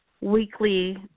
weekly